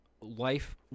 life –